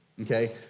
okay